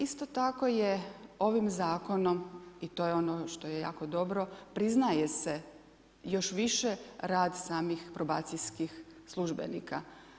Isto tako je ovim Zakonom, i to je ono što je jako dobro, priznaje se još više rad samih probacijskih službenika.